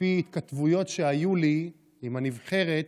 לפי התכתבויות שהיו לי עם הנבחרת,